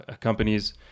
companies